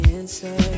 answer